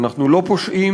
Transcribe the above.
אנחנו לא פושעים,